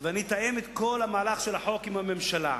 ואני אתאם את כל המהלך של החוק עם הממשלה.